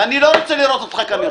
ואני לא רוצה לראות אותך כאן יותר.